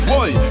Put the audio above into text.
Boy